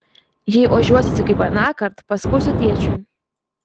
jei ožiuosiesi kaip anąkart paskųsiu tėčiui